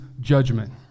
judgment